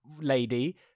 lady